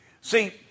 See